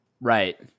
Right